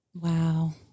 Wow